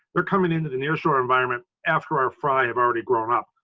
they're coming into the nearshore environment after our fry have already grown up,